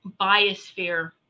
biosphere